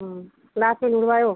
class में ढूंढवाएं वो